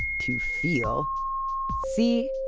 to feel c.